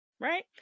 right